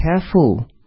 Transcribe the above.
careful